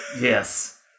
Yes